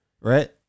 Right